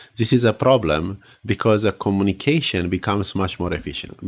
this is a problem because a communication becomes much more inefficient.